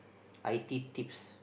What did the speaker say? I T tips